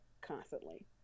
constantly